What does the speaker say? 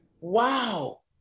Wow